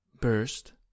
burst